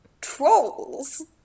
Trolls